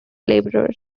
laborer